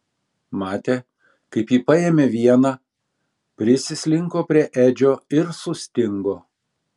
matė kaip ji paėmė vieną prisislinko prie edžio ir sustingo